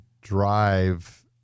drive